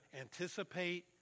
anticipate